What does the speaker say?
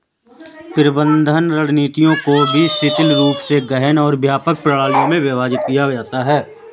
प्रबंधन रणनीतियों को भी शिथिल रूप से गहन और व्यापक प्रणालियों में विभाजित किया जाता है